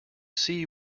see